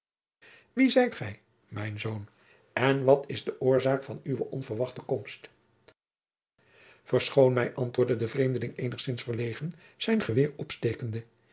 wie zijt ge mijn zoon en wat is de oorzaak van uwe onverwachte komst verschoon mij antwoorde de vreemdeling eenigzins verlegen zijn geweer opstekende